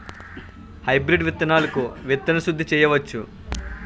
Hybrid విత్తనాలకు విత్తన శుద్ది చేయవచ్చ?